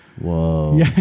Whoa